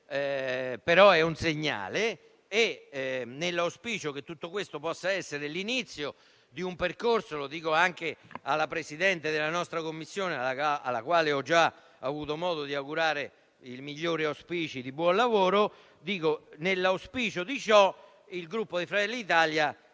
però è un segnale. Nell'auspicio che tutto questo possa essere l'inizio di un percorso - lo dico anche alla Presidente della nostra Commissione, alla quale ho già avuto modo di formulare i migliori auspici di buon lavoro - il Gruppo Fratelli d'Italia